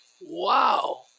wow